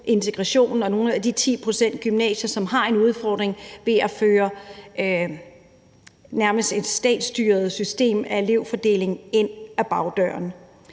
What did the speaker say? integrationen og nogle af de 10 pct. gymnasier, som har en udfordring, til nærmest at føre et statsstyret system af elevfordeling ind ad bagdøren.